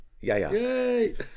Yay